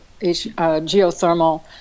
geothermal